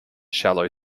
shallow